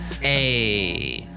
Hey